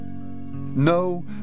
No